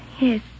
Yes